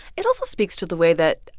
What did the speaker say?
it also speaks to the way that,